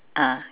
ah